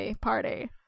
Party